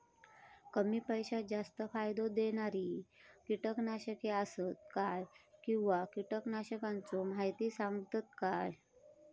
कमी पैशात जास्त फायदो दिणारी किटकनाशके आसत काय किंवा कीटकनाशकाचो माहिती सांगतात काय?